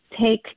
Take